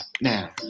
Now